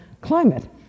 climate